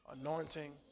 anointing